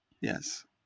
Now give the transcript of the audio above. Yes